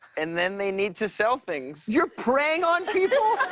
and then they need to sell things. you're preying on people